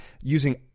using